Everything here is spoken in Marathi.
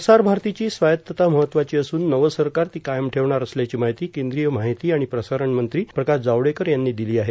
प्रसारमारतीची स्वायत्तता महत्वाची असून नवं सरकार ती कायम ठेवणार असल्याची माहिती केंद्रीय माहिती आणि प्रसारण मंत्री प्रकाश जावडेकर यांनी दिली आहे